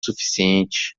suficiente